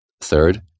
Third